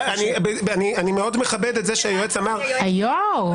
אני מאוד מכבד את מה שהיועץ אמר -- היושב-ראש,